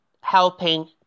helping